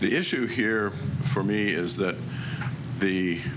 the issue here for me is that the